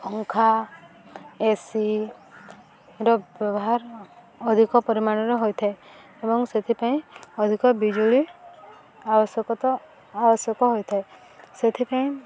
ପଙ୍ଖା ଏସିର ବ୍ୟବହାର ଅଧିକ ପରିମାଣରେ ହୋଇଥାଏ ଏବଂ ସେଥିପାଇଁ ଅଧିକ ବିଜୁଳି ଆବଶ୍ୟକତା ଆବଶ୍ୟକ ହୋଇଥାଏ ସେଥିପାଇଁ